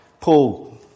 Paul